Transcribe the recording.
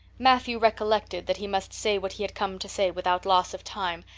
matthew recollected that he must say what he had come to say without loss of time,